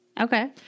Okay